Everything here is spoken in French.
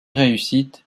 réussite